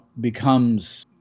becomes